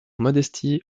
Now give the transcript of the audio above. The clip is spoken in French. modestie